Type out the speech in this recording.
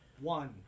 One